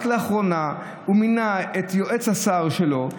רק לאחרונה הוא מינה את יועץ השר שלו,